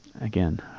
again